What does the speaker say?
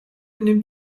nimmt